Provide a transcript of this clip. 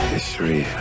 History